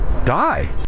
die